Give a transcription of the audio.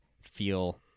feel